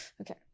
Okay